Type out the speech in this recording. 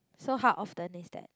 so how often is that